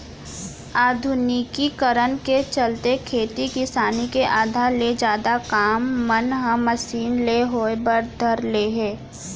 आधुनिकीकरन के चलते खेती किसानी के आधा ले जादा काम मन ह मसीन ले होय बर धर ले हे